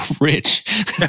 rich